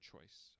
choice